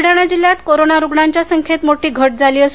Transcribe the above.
बुलडाणा जिल्हयात कोरोना रुग्णांच्या संख्येत मोठी घट झाली आहे